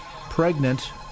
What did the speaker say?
pregnant